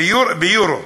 ביורו.